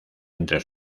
entre